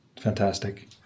Fantastic